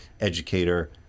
educator